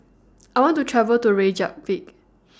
I want to travel to Reykjavik